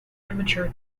immature